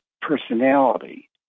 personality